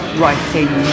writing